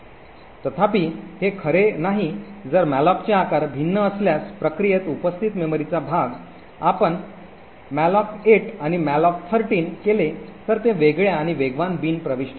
तथापि हे खरे नाही जर मॅलोकचे आकार भिन्न असल्यास प्रक्रियेत उपस्थित मेमरीचा भाग आपण मॅलोक 8 आणि मॅलोक 13 केले तर हे वेगळ्या आणि वेगवान बिन प्रविष्ट्यांमध्ये पडते